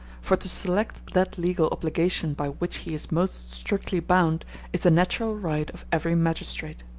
for to select that legal obligation by which he is most strictly bound is the natural right of every magistrate.